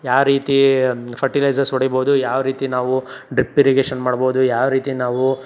ಯಾವ್ರೀತಿ fertilisers ಹೊಡಿಬೌದು ಯಾವ ರೀತಿ ನಾವು ಡ್ರಿಪ್ ಇರಿಗೇಷನ್ ಮಾಡ್ಬೌದು ಯಾವ ರೀತಿ ನಾವು